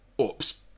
Oops